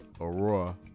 Aurora